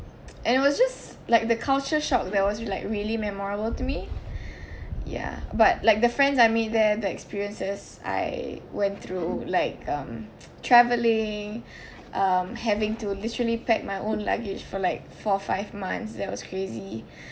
and it was just like the culture shock there was like really memorable to me ya but like the friends I meet there the experiences I went through like um travelling um having to literally packed my own luggage for like four five months that was crazy